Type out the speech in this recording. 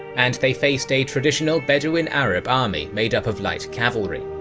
and they faced a traditional bedouin arab army made up of light cavalry.